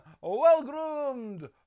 well-groomed